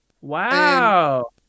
Wow